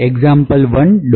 lstછે